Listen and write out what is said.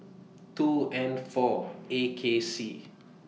two N four A K C